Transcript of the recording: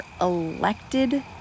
elected